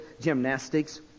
gymnastics